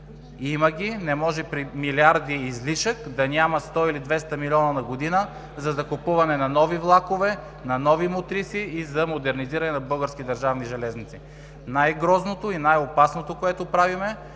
Има ги, не може при милиарди излишък да няма 100 или 200 милиона на година, за закупуване на нови влакове, на нови мотриси и за модернизиране на „Български държавни железници“. Най-грозното и най-опасното, което правим,